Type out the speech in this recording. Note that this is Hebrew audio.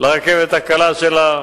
לרכבת הקלה שלה,